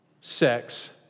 sex